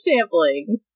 Sampling